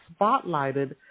spotlighted